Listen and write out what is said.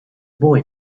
boy